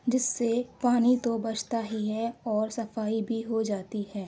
جس سے پانی تو بچتا ہی ہے اور صفائی بھی ہو جاتی ہے